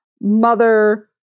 mother